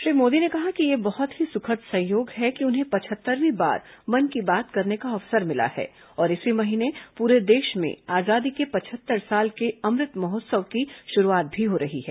श्री मोदी ने कहा कि यह बहुत ही सुखद संयोग है कि उन्हें पचहत्तरवीं बार मन की बात करने का अवसर मिला है और इसी महीने पूरे देश में आजादी के पचहत्तर साल के अमृत महोत्सव की शुरूआत भी हो रही है